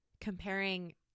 comparing